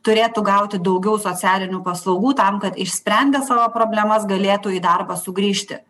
turėtų gauti daugiau socialinių paslaugų tam kad išsprendę savo problemas galėtų į darbą sugrįžti